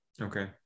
Okay